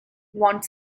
want